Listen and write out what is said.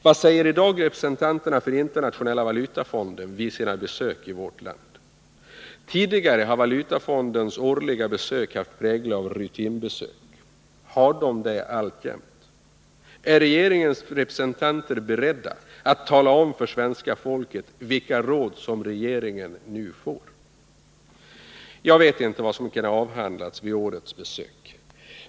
Vad säger i dag representanterna för Internationella valutafonden vid sina besök i vårt land? Tidigare har Valutafondens årliga besök haft prägel av rutinbesök. Har de det alltjämt? Är regetingens representanter beredda att tala om för svenska folket vilka råd som regeringen nu får? Jag vet inte vad som kan ha avhandlats vid årets besök.